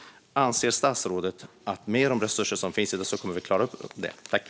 Anser statsrådet att vi kommer att klara detta med de resurser som finns?